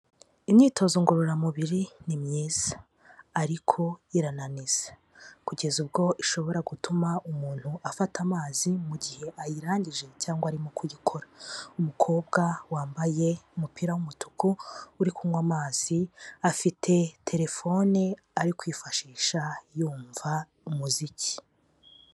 Imyitozo ngororamubiri ni myiza ariko irananiza kugeza ubwo ishobora gutuma umuntu afata amazi mu gihe ayirangije cyangwa arimo kuyikora, umukobwa wambaye umupira w'umutuku uri kunywa amazi, afite telefone ari kwifashisha yumva umuziki.